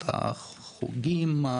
חוגים,